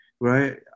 right